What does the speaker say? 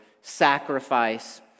sacrifice